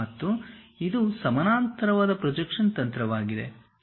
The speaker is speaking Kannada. ಮತ್ತು ಇದು ಸಮಾನಾಂತರ ಪ್ರೊಜೆಕ್ಷನ್ ತಂತ್ರವಾಗಿದೆ